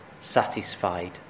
satisfied